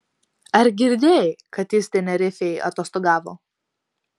ar girdėjai kad jis tenerifėj atostogavo